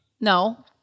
No